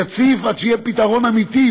יציף עד שיהיה פתרון אמיתי,